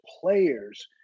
players –